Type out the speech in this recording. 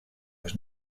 was